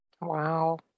wow